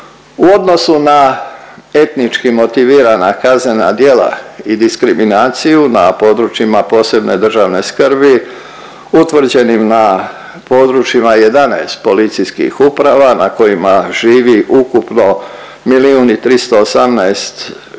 U odnosu na etnički motivirana kaznena djela i diskriminaciju na područjima posebne državne skrbi, utvrđenim na područjima 11 policijskih uprava na kojima živi ukupno 1 318